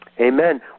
Amen